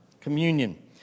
communion